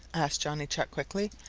asked johnny chuck quickly,